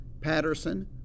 Patterson